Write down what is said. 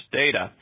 data